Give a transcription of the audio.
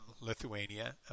Lithuania